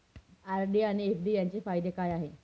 RD आणि FD यांचे फायदे काय आहेत?